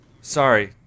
Sorry